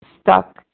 stuck